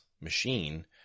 machine